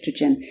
estrogen